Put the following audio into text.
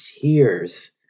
tears